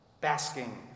basking